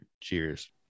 cheers